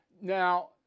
Now